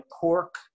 pork